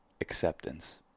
acceptance